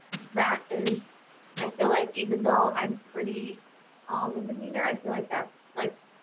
that is i feel like even though i'm pretty calm and demeanor i feel like that's like